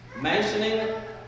mentioning